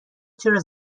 چرا